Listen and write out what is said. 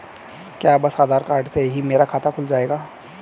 क्या बस आधार कार्ड से ही मेरा खाता खुल जाएगा?